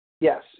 yes